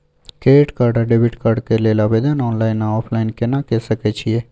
Credit card आ debit card के लेल आवेदन ऑनलाइन आ ऑफलाइन केना के सकय छियै?